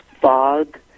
fog